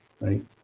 right